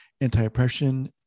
anti-oppression